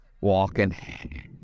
walking